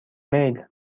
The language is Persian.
میل